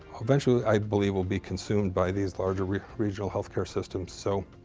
eventually, i believe, will be consumed by these larger regional health care systems. so,